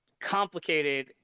complicated